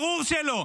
ברור שלא.